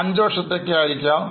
അഞ്ചുവർഷത്തേക്ക് ആയിരിക്കാം